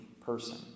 person